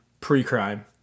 pre-crime